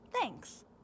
thanks